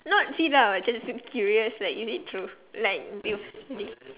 not see lah just curious like is it true like